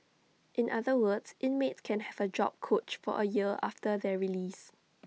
in other words inmates can have A job coach for A year after their release